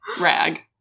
Rag